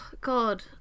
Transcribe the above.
god